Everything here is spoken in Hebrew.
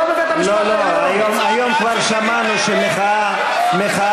לא, אם את רוצה, בבקשה.